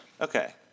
Okay